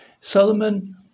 Solomon